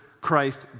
Christ